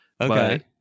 Okay